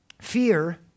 Fear